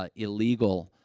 ah illegal,